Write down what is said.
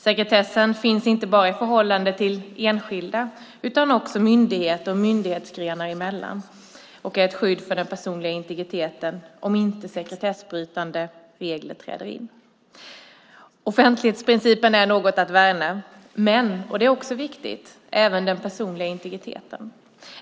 Sekretessen finns inte bara i förhållande till enskilda utan också myndigheter och myndighetsgrenar emellan och är ett skydd för den personliga integriteten om inte sekretessbrytande regler träder in. Offentlighetsprincipen är något att värna, men, och det är också viktigt, det gäller också den personliga integriteten.